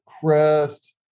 Crest